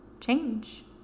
change